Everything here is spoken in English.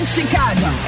Chicago